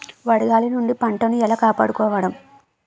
వడగాలి నుండి పంటను ఏలా కాపాడుకోవడం?